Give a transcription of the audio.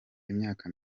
imyaka